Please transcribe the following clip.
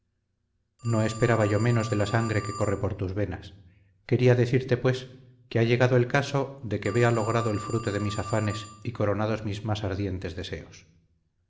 no esperaba yo menos de la sangre que corre por tus venas quería decirte pues que ha llegado el caso de que vea logrado el fruto de mis afanes y coronados mis más ardientes deseos